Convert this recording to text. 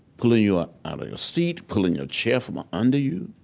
pulling you out of your seat, pulling your chair from ah under you,